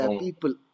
people